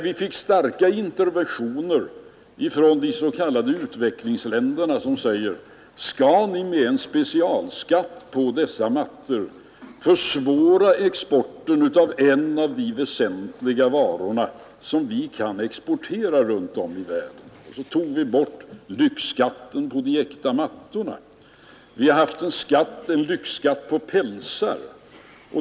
Vi fick starka interventioner från de s.k. utvecklingsländerna som sade: Skall ni med en specialskatt på dessa mattor försvåra exporten av en av de väsentliga varor som vi kan exportera runt om i världen? Så tog vi bort lyxskatten på de äkta mattorna. Vi har haft en lyxskatt på pälsar.